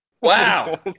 Wow